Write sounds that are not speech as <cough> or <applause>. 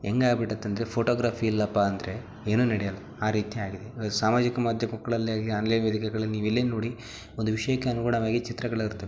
ಹೆಂಗೆ ಆಗ್ಬಿಟ್ಟದಂದ್ರೆ ಫೋಟೋಗ್ರಫಿ ಇಲ್ಲಪ್ಪ ಅಂದರೆ ಏನು ನಡೆಯೊಲ್ಲ ಆ ರೀತಿಯಾಗಿದೆ ಸಾಮಾಜಿಕ ಮಾಧ್ಯಮ <unintelligible> ಆಗಲಿ ಆನ್ಲೈನ್ ವೇದಿಕೆಗಳಲ್ಲಿ ನೀವೆಲ್ಲೇ ನೋಡಿ ಒಂದು ವಿಷಯಕ್ಕೆ ಅನುಗುಣವಾಗಿ ಚಿತ್ರಗಳು ಇರ್ತವೆ